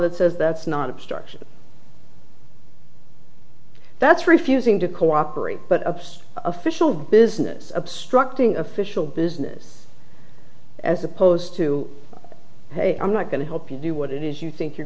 that says that's not obstruction that's refusing to cooperate but ups official business obstructing official business as opposed to hey i'm not going to help you do what it is you think you're